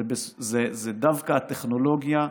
הוא דווקא הטכנולוגיה,